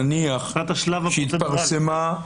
מבחינת השלב הפרוצדורלי.